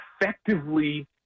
effectively